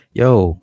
yo